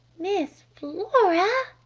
miss flora?